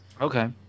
Okay